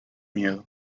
miedo